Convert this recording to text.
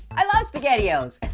i love spaghettios!